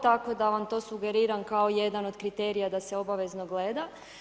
Tako da vam to sugeriram kao jedan od kriterija da se obavezno gleda.